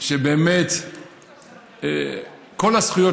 שבאמת כל הזכויות